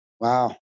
Wow